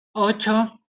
ocho